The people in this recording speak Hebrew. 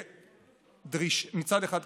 מצד אחד,